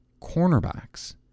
cornerbacks